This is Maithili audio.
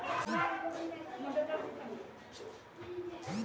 माटिक बनल फुच्ची कें तिजौरी अथवा पिग्गी बैंक कहल जाइ छै, जेइमे लोग सिक्का राखै छै